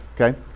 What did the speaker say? Okay